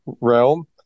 realm